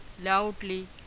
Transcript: loudly